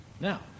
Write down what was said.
Now